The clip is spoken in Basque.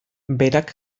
berak